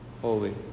Holy